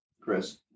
Chris